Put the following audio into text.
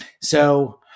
So-